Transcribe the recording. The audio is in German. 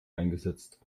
eingesetzt